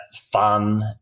fun